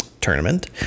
tournament